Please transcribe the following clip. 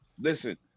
Listen